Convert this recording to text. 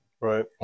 Right